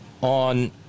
on